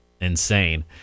insane